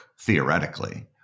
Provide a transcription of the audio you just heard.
theoretically